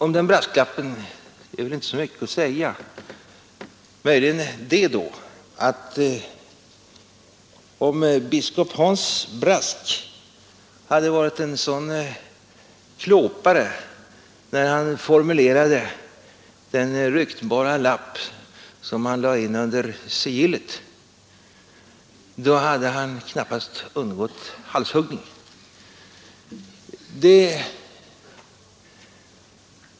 Om den brasklappen är väl inte så mycket att säga — möjligen kan man säga det, att om biskop Hans Brask hade varit en sådan klåpare när han formulerade den ryktbara lapp han lade in under sigillet, då hade han knappast undgått halshuggning.